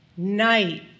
Night